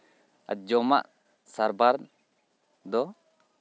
ᱟᱨ ᱡᱚᱢᱟᱜ ᱥᱟᱨᱵᱷᱟᱨ ᱫᱚ